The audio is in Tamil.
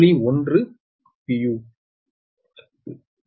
10 p